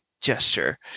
gesture